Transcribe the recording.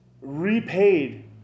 repaid